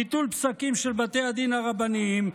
ביטול פסקים של בתי הדין הרבניים,